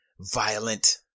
violent